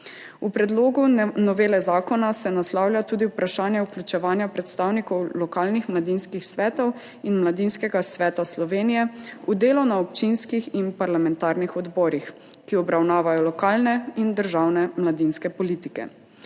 V predlogu novele zakona se naslavlja tudi vprašanje vključevanja predstavnikov lokalnih mladinskih svetov in Mladinskega sveta Slovenije v delo na občinskih in parlamentarnih odborih, ki obravnavajo lokalne in državne mladinske politike.